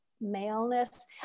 maleness